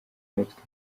mutwe